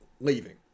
leaving